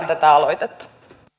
tätä aloitetta arvoisa